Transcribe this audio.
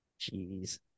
Jeez